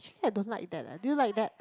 think I don't like that leh do you like that